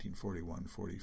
1941-45